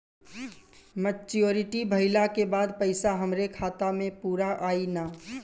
Maturity भईला के बाद पईसा हमरे खाता म पूरा आई न?